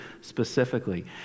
specifically